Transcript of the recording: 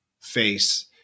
face